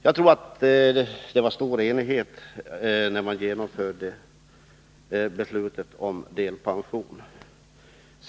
Jag tror att det rådde stor enighet när man genomförde beslutetg om delpension.